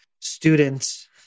students